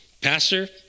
Pastor